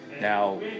Now